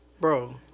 Bro